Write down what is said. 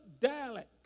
dialect